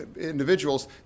individuals